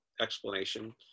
explanation